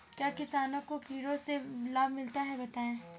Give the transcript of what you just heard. क्या किसानों को कीटों से लाभ भी मिलता है बताएँ?